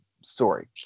story